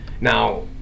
Now